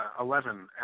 Eleven